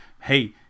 Hey